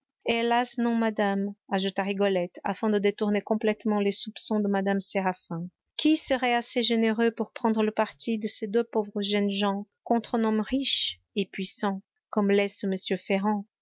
hélas non madame ajouta rigolette afin de détourner complètement les soupçons de mme séraphin qui serait assez généreux pour prendre le parti de ces deux pauvres jeunes gens contre un homme riche et puissant comme l'est ce m ferrand